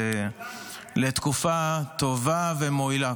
לתקופה טובה ומועילה.